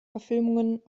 verfilmungen